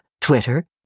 Twitter